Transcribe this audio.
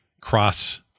cross